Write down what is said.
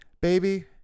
baby